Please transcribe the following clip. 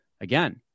again